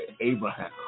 Abraham